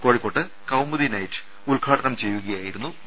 കോഴിക്കോട്ട് കൌമുദി നൈറ്റ് ഉദ്ഘാടനം ചെയ്യുകയായിരുന്നു വി